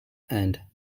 and